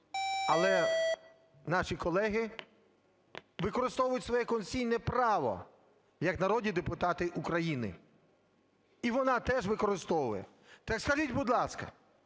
але наші колеги використовують своє конституційне право як народні депутати України, і вона теж використовує. Так скажіть, будь ласка,